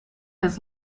his